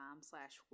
slash